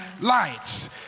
lights